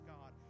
God